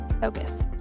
focus